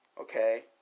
Okay